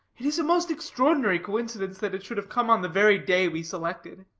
it is a most extraordinary coincidence that it should have come on the very day we selected.